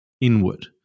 inward